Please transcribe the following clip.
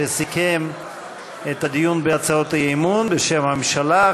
שסיכם את הדיון בהצעות האי-אמון בשם הממשלה.